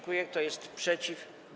Kto jest przeciw?